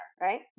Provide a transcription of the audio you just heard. right